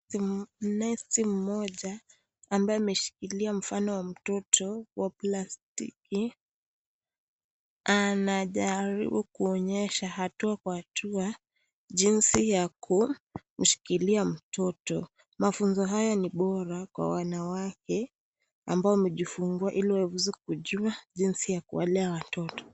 Nesi mmoja ambaye ameshikilia mfano wa mtoto wa plastiki anajaribu kuonyesha hatua kwa hatua jinsi ya kumshikilia mtoto mafunzo haya ni bora kwa wanawake ambao wamejifungua iliwaweze kujua jinsi ya kuwalea watoto.